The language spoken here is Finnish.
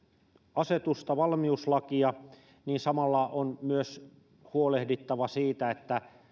asetusta valmiuslakia niin samalla on huolehdittava myös siitä että